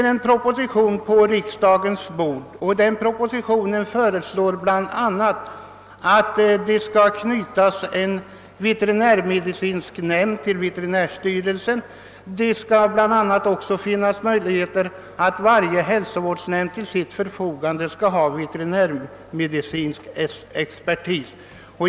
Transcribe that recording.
I en proposition som förelagts riksdagen föreslås bland annat att en veterinärmedicinsk nämnd skall knytas till veterinärstyrelsen. Det skall också finnas möjlighet för varje hälsovårdsnämnd att anlita veterinärmedicinsk expertis.